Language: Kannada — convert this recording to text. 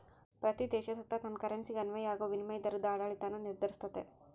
ಪ್ರತೀ ದೇಶ ಸುತ ತನ್ ಕರೆನ್ಸಿಗೆ ಅನ್ವಯ ಆಗೋ ವಿನಿಮಯ ದರುದ್ ಆಡಳಿತಾನ ನಿರ್ಧರಿಸ್ತತೆ